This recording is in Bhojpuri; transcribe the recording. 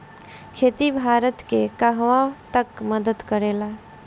खेती भारत के कहवा तक मदत करे ला?